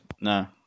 No